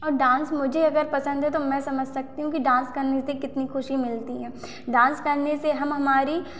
और डांस मुझे अगर पसंद है तो मैं समझ सकती हूँ कि डांस करने से कितनी खुशी मिलती है डांस करने से हम हमारी